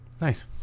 Nice